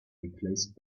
replaced